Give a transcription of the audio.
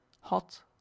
hot